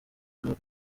panama